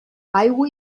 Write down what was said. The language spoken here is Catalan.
aigua